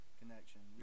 connection